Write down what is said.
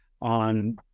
on